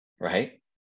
Right